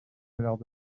lors